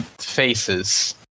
faces